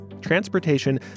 Transportation